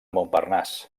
montparnasse